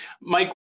Mike